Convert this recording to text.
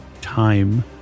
time